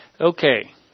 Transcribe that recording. Okay